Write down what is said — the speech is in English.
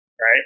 Right